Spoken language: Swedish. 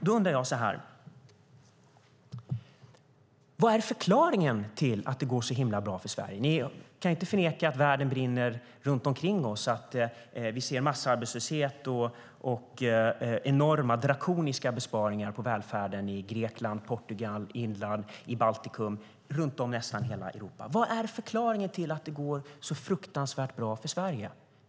Då undrar jag: Vad är förklaringen till att det går så bra för Sverige? Ni kan inte förneka att världen brinner runt omkring oss och att vi ser massarbetslöshet och drakoniska besparingar på välfärden i Grekland, Portugal, Irland, Baltikum och i nästan hela Europa. Vad är förklaringen till att det går så enormt bra för Sverige?